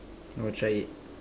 oh try it